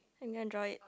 you can draw it